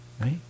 right